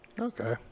Okay